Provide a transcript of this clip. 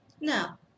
now